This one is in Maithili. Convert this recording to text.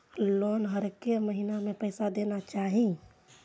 लोन हरेक महीना में पैसा देना चाहि?